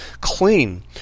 clean